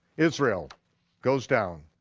israel goes down,